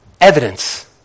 Evidence